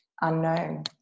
unknown